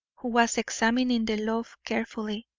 who was examining the loaf carefully.